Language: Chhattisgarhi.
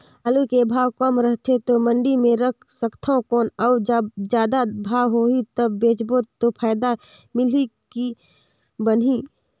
आलू के भाव कम रथे तो मंडी मे रख सकथव कौन अउ जब जादा भाव होही तब बेचबो तो फायदा मिलही की बनही?